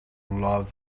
love